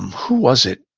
um who was it?